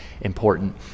important